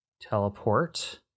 teleport